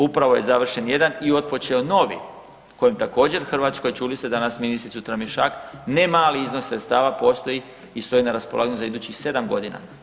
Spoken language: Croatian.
Upravo je završen jedan i otpočeo novi kojem također Hrvatskoj, čuli ste danas ministricu Tramišak, ne mali iznos sredstava postoji i stoji na raspolaganju za idućih sedam godina.